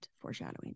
foreshadowing